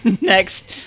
next